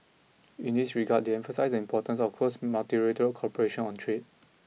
in this regard they emphasised the importance of close multilateral cooperation on trade